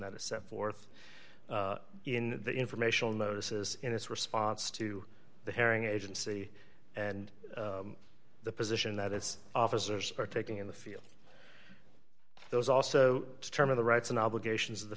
that is set forth in the informational notices in its response to the herring agency and the position that its officers are taking in the field those also determine the rights and obligations